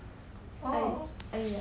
oh